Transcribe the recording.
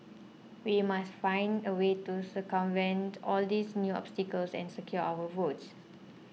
we must find a way to circumvent all these new obstacles and secure our votes